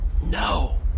No